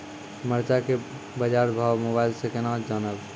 मरचा के बाजार भाव मोबाइल से कैनाज जान ब?